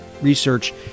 research